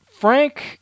Frank